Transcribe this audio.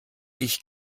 ich